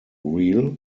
real